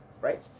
right